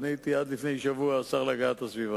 עד לפני שבוע הייתי השר להגנת הסביבה.